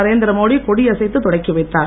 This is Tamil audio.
நரேந்திரமோடி கொடியசைத்து தொடக்கி வைத்தார்